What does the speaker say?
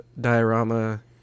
diorama